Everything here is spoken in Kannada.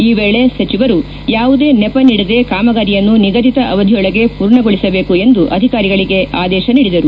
ಈ ವೇಳೆ ಸಚಿವರು ಯಾವುದೇ ನೆಪ ನೀಡದೇ ಕಾಮಗಾರಿಯಯನ್ನು ನಿಗದಿತ ಅವಧಿಯೊಳಗೆ ಪೂರ್ಣಗೊಳಿಸಬೇಕು ಎಂದು ಅಧಿಕಾರಿಗಳಗೆ ಆದೇಶ ನೀಡಿದರು